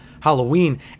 Halloween